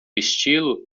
estilo